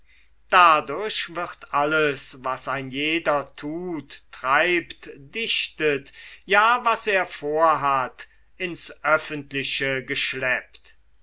dadurch wird alles was ein jeder tut treibt dichtet ja was er vorhat ins öffentliche geschleppt